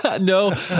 No